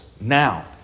Now